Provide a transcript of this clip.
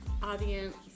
audience